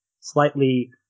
slightly